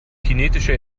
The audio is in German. kinetische